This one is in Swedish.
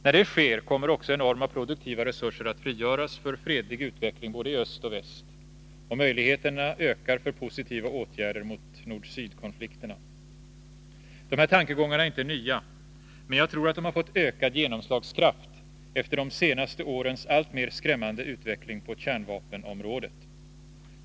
När det sker, kommer också enorma produktiva resurser att frigöras för fredlig utveckling både i öst och i väst. Och möjligheterna ökar för positiva åtgärder mot nord-syd-konflikterna. Dessa tankegångar är inte nya — men jag tror att de har fått ökad genomslagskraft efter de senaste årens alltmer skrämmande utveckling på kärnvapenområdet.